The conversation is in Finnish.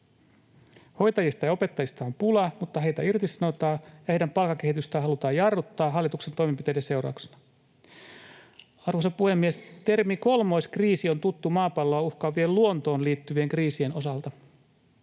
Hoitajista ja opettajista on pula, mutta heitä irtisanotaan ja heidän palkkakehitystään halutaan jarruttaa hallituksen toimenpiteiden seurauksena. Arvoisa puhemies! Termi ”kolmoiskriisi” on tuttu maapalloa uhkaavien, luontoon liittyvien kriisien osalta.